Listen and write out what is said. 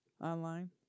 Online